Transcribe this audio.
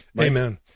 Amen